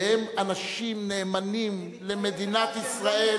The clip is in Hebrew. והם אנשים נאמנים למדינת ישראל,